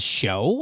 show